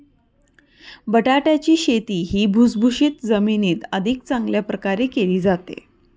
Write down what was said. बटाट्याची शेती ही भुसभुशीत जमिनीत अधिक चांगल्या प्रकारे केली जाते